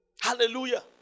Hallelujah